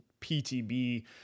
PTB